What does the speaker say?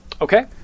Okay